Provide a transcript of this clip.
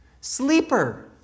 Sleeper